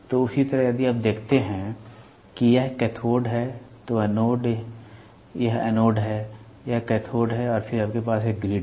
तो उसी तरह यदि आप देखते हैं कि यह कैथोड है तो एनोड यह एनोड है यह कैथोड है और फिर आपके पास ग्रिड है